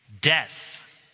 death